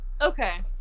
Okay